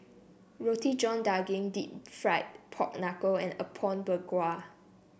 Roti John Daging deep fried Pork Knuckle and Apom Berkuah